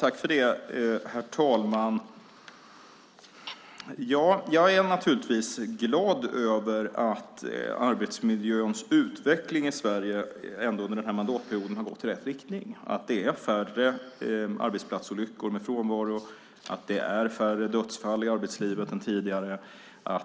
Herr talman! Jag är naturligtvis glad över att arbetsmiljöns utveckling i Sverige under den här mandatperioden ändå har gått i rätt riktning. Det är färre arbetsplatsolyckor med frånvaro, det är färre dödsfall i arbetslivet än tidigare och